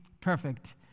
perfect